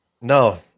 No